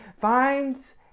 finds